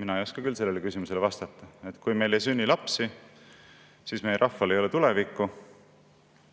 Mina ei oska küll sellele küsimusele vastata. Kui meil ei sünni lapsi, siis meie rahval ei ole tulevikku.